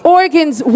organs